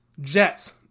Jets